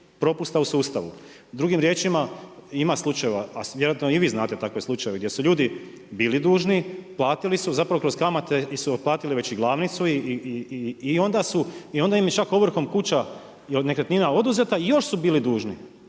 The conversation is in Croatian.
propusta u sustava. Drugim riječima, ima slučajeva a vjerojatno i vi znate takve slučajeve, gdje su ljudi bili dužni, platili su, zapravo kroz kamate su otplatili već i glavnicu i onda im je čak ovrhom kuća i od nekretnina oduzeta i još su bili dužni,